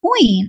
point